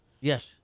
Yes